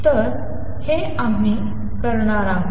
तर हे आम्ही करणार आहोत